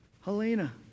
Helena